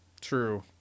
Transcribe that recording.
true